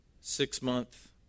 six-month